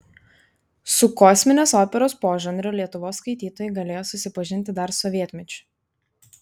su kosminės operos požanriu lietuvos skaitytojai galėjo susipažinti dar sovietmečiu